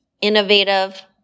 innovative